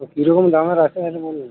তো কী রকম দামের আছে একটু বলুন না